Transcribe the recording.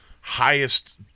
highest